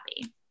happy